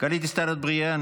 יואב סגלוביץ',